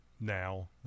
now